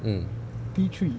mm